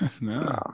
no